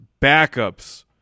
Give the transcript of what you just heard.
backups